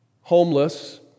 Homeless